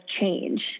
change